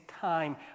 time